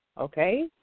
okay